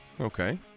Okay